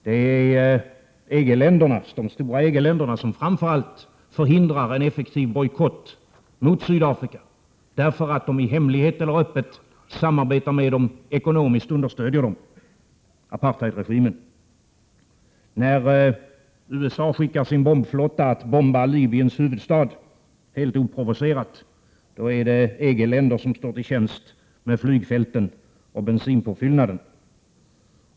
Det är de stora EG-länderna som framför allt förhindrar en effektiv bojkott mot Sydafrika, därför att de i hemlighet eller öppet samarbetar med eller understöder apartheidregimen. När USA sänder sin bombflotta att bomba Libyens huvudstad helt oprovocerat, då är det EG-länder som står till tjänst med flygfält och bensinpåfyllnad.